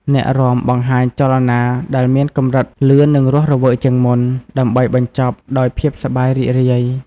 អ្នករាំបង្ហាញចលនាដែលមានកម្រិតលឿននិងរស់រវើកជាងមុន ដើម្បីបញ្ចប់ដោយភាពសប្បាយរីករាយ។